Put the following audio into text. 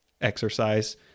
exercise